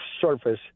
surface